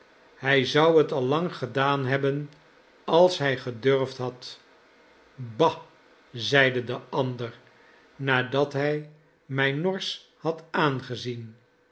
hij zou het al lang gedaan hebben als hij gedurfd had bah zeide de ander nadat hij mij norsch had aangezien